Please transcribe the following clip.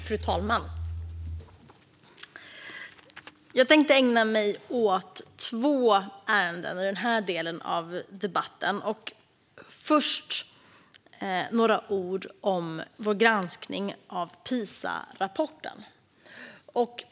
Fru talman! Jag tänkte ägna mig åt två ärenden i den här delen av debatten. Först vill jag säga några ord om vår granskning av Pisarapporten.